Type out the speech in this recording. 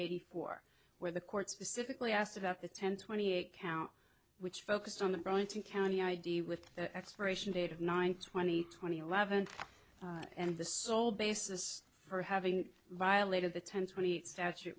eighty four where the court specifically asked about the ten twenty eight count which focused on the balance in county id with an expiration date of nine twenty twenty levon and the sole basis for having violated the ten twenty eight statu